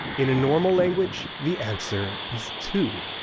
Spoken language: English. in a normal language, the answer is two!